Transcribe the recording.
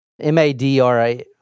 M-A-D-R-A